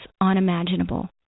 unimaginable